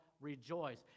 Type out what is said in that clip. rejoice